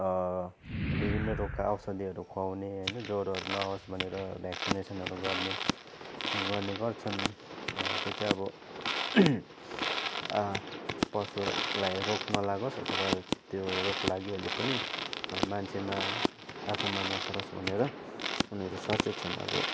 विभिन्न रोगका औषधिहरू खुवाउने होइन ज्वरोहरू नआओस् भनेर भ्याक्सिनेसनहरू गर्ने गर्ने गर्छन् त्यो चाहिँ अब पशुहरूलाई रोग नलागोस् अथवा त्यो रोग लागिहाले पनि मान्छेमा आफूमा नसरोस् भनेर उनीहरू सचेत छन् अब